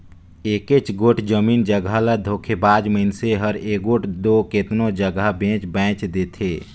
एकेच गोट जमीन जगहा ल धोखेबाज मइनसे हर एगोट दो केतनो जगहा बेंच बांएच देथे